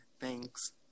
thanks